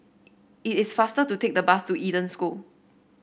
it is faster to take the bus to Eden School